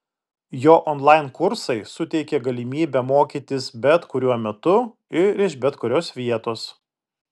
jo onlain kursai suteikė galimybę mokytis bet kuriuo metu ir iš bet kurios vietos